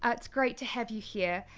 ah it's great to have you here.